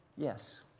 Yes